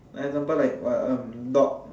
example like what like dog